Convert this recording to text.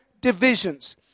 divisions